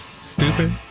stupid